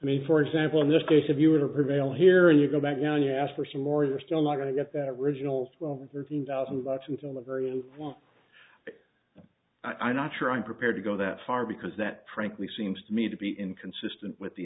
i mean for example in this case if you were to prevail here and you go back and you ask for some more you're still not going to get that regional twelve thirteen thousand votes until the very end quote i'm not sure i'm prepared to go that far because that prickly seems to me to be inconsistent with the